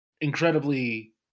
incredibly